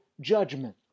judgment